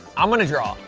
i'm gonna draw.